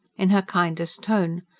in her kindest tone.